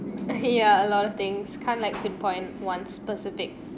ya a lot of things can't like pint point one specific